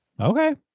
Okay